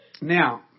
Now